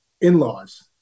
in-laws